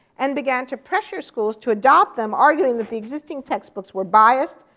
and began to pressure schools to adopt them, arguing that the existing textbooks were biased,